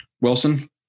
Wilson